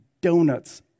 donuts